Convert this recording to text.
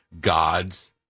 God's